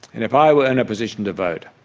and if i were in a position to vote,